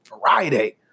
Friday